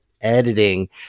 editing